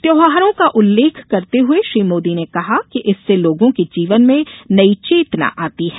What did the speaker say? त्यौहारों का उल्लेख करते हुए श्री मोदी ने कहा कि इससे लोगों के जीवन में नई चेतना आती है